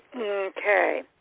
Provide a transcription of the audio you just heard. okay